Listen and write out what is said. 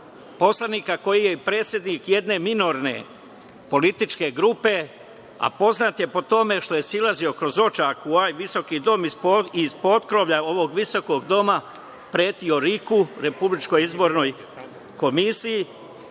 poslanika koji je predsednik jedne minorne političke grupe, a poznat je po tome što je silazio kroz odžak u ovaj visoki dom i iz potkrovlja ovog visokog doma pretio RIK-u i pošto čitavo